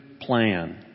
plan